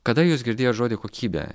kada jūs girdėjot žodį kokybė